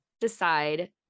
decide